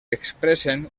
expressen